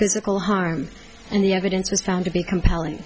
physical harm and the evidence was found to be compelling